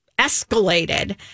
escalated